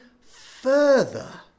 further